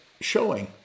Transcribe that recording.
showing